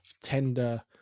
tender